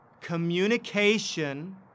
communication